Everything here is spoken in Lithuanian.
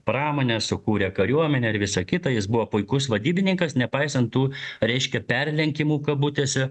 pramonę sukūrė kariuomenę ir visa kita jis buvo puikus vadybininkas nepaisant tų reiškia perlenkimų kabutėse